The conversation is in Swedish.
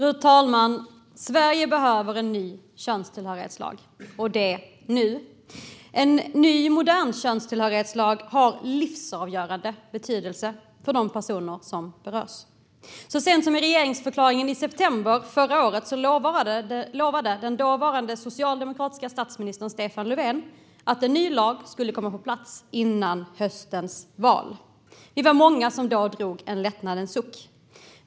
Fru talman! Sverige behöver en ny könstillhörighetslag och det nu. En ny, modern könstillhörighetslag är av livsavgörande betydelse för de personer som berörs. Så sent som i regeringsförklaringen i september förra året lovade den dåvarande socialdemokratiska statsministern Stefan Löfven att en ny lag skulle komma på plats innan höstens val. Vi var många som då drog en lättnadens suck.